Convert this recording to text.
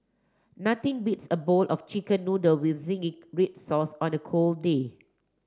nothing beats a bowl of chicken noodle with zingy red sauce on a cold day